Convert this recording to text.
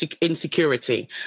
insecurity